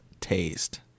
taste